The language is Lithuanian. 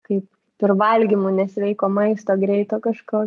kaip ir valgymu nesveiko maisto greito kažko